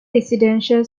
residential